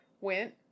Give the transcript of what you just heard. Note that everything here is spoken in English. went